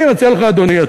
אני מציע לך, אדוני,